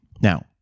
Now